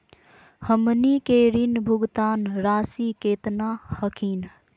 हमनी के ऋण भुगतान रासी केतना हखिन?